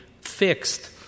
fixed